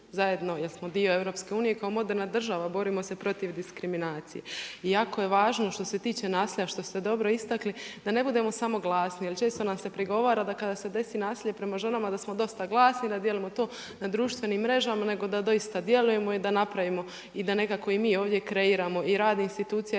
zajedno, jer smo dio EU-a kao moderna država, borimo se protiv diskriminacije. Jako je važno što se tiče nasilja što ste dobro istakli, da ne budemo samo glasni jer često nam se prigovara da kada se desi nasilje prema ženama, da smo dosta glasni, da dijelimo to na društvenim mrežama, nego da doista djelujemo i da napravimo da nekako i mi ovdje kreiramo i rad institucija